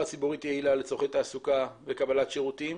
ציבורית יעילה לצרכי תעסוקה וקבלת שירותים,